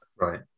right